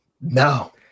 No